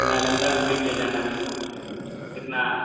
نالندہ گھومنے کے لیے جانا ہے ہم لوگ کو کتنا